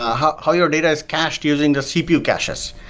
ah how how your data is cached using the cpu caches,